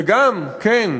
וגם, כן,